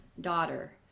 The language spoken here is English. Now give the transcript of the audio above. daughter